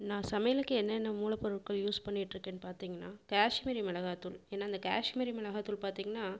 நான் சமையலுக்கு என்னென்ன மூலப்பொருட்கள் யூஸ் பண்ணிட்டுருக்கேன் பார்த்தீங்கன்னா கஷ்மீரி மிளகாத்தூள் ஏன்னால் இந்த கேஷ்மீரி மிளகாத்தூள் பார்த்தீங்கன்னா